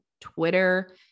Twitter